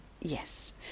Yes